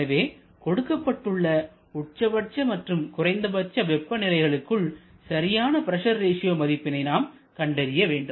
எனவே கொடுக்கப்பட்டுள்ள உட்சபட்ச மற்றும் குறைந்தபட்ச வெப்பநிலைகளுக்குள் சரியான பிரஷர் ரேஷியோ மதிப்பினை நாம் கண்டறிய வேண்டும்